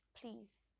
Please